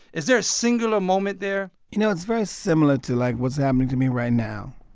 is there a singular moment there? you know, it's very similar to like what's happening to me right now.